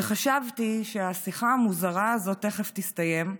וחשבתי שהשיחה המוזרה הזאת תכף תסתיים,